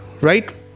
right